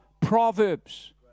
Proverbs